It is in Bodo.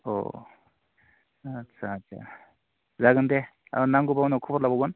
अ आच्चा आच्चा जागोन दे नांगौबा उनाव खबर लाबावगोन